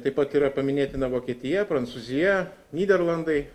taip pat yra paminėtina vokietija prancūzija nyderlandai